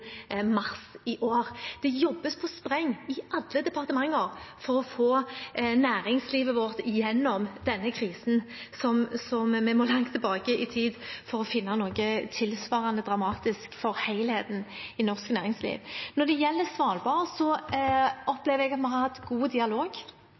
mars i år. Det jobbes på spreng i alle departementer for å få næringslivet vårt gjennom denne krisen. Vi må langt tilbake i tid for å finne noe som har vært tilsvarende dramatisk for helheten i norsk næringsliv. Når det gjelder Svalbard,